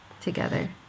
together